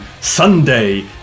Sunday